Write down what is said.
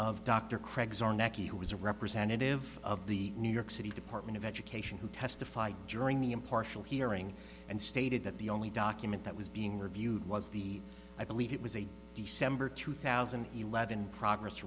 is a representative of the new york city department of education who testified during the impartial hearing and stated that the only document that was being reviewed was the i believe it was a d sembler two thousand and eleven progress